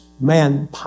man